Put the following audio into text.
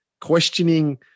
questioning